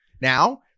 now